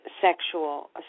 sexual